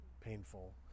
painful